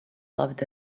loved